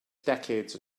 decades